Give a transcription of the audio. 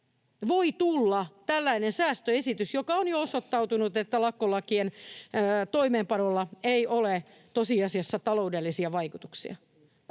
voi tulla tällainen säästöesitys, josta on jo osoittautunut, että lakkolakien toimeenpanolla ei ole tosiasiassa taloudellisia vaikutuksia.